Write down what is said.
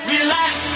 Relax